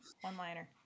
one-liner